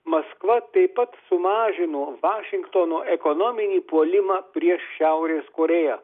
maskva taip pat sumažino vašingtono ekonominį puolimą prieš šiaurės korėją